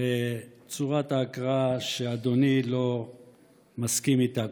וצורת ההקראה שאדוני לא מסכים איתה.